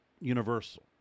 universal